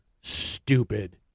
stupid